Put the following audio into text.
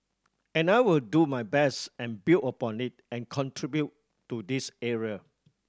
and I will do my best and build upon it and contribute to this area